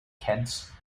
kent